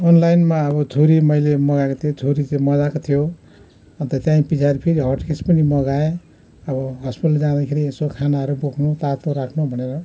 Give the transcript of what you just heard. अनलाइनमा अब छुरी मैले मगाएको थिएँ छुरी चाहिँ मज्जाको थियो अन्त त्यहाँदेखि पछाडि फेरि हटकेस पनि मगाएँ अब हस्पिटल जाँदाखेरि यसो खानाहरू बोक्नु तातो राख्नु भनेर